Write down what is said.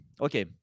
Okay